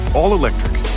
all-electric